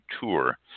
tour